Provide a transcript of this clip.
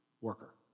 worker